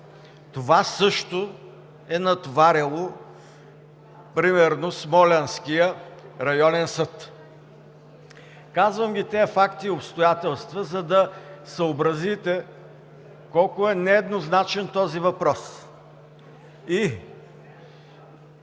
Това също е натоварило примерно Смолянския районен съд. Казвам тези факти и обстоятелства, за да съобразите колко е нееднозначен този въпрос